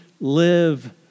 live